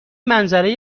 منظره